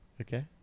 Okay